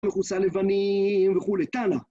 מכוסה לבנים וכולי, תנא.